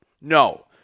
No